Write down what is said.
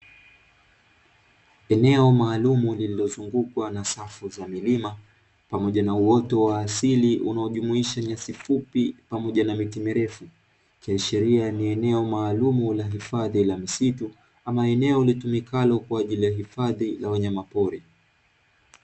Eneo maalumu lililozungukwa na safu za milima pamoja na uoto wa asili unaojumuisha nyasi fupi pamoja na miti mirefu, ikiashiria ni eneo maalumu la hifadhi la msitu ama eneo litumikalo kwa ajili ya hifadhi ya wanyama pori.